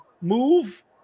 move